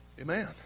amen